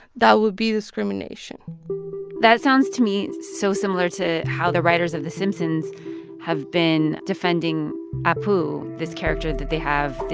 that would be discrimination that sounds to me so similar to how the writers of the simpsons have been defending apu, this character that they have that,